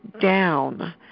down